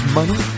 money